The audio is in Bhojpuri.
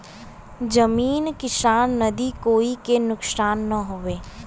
जमीन किसान नदी कोई के नुकसान न होये